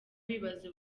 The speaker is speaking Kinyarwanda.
bibaza